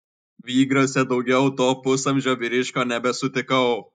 vygriuose daugiau to pusamžio vyriškio nebesutikau